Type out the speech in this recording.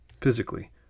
physically